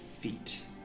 feet